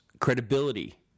credibility